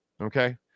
Okay